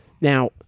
Now